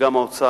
אלא גם האוצר,